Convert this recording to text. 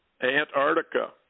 Antarctica